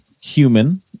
human